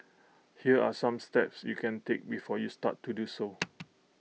here are some steps you can take before you start to do so